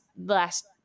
last